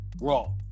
raw